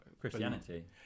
Christianity